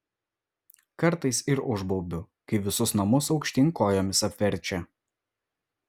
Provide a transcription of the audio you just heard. kartais ir užbaubiu kai visus namus aukštyn kojomis apverčia